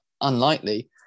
unlikely